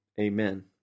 Amen